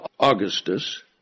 Augustus